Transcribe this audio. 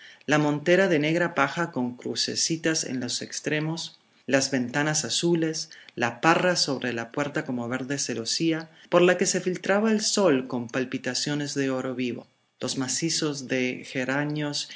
la montera de negra paja con crucecitas en los extremos las ventanas azules la parra sobre la puerta como verde celosía por la que se filtraba el sol con palpitaciones de oro vivo los macizos de geranios